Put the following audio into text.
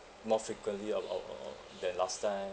more frequently a lot of than last time